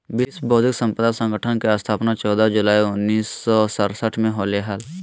विश्व बौद्धिक संपदा संगठन के स्थापना चौदह जुलाई उननिस सो सरसठ में होलय हइ